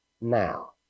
now